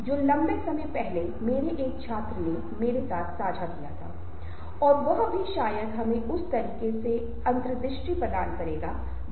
Tintin में कप्तान Haddock के हावभाव में आप बहुत अच्छी तरह से देख सकते हैं कि इशारों के माध्यम से भावनाओं का संचार किया जाता है